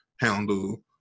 handle